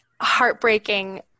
heartbreaking